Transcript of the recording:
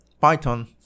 Python